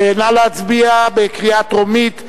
נא להצביע בקריאה טרומית.